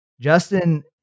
Justin